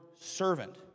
servant